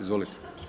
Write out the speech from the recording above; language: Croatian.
Izvolite.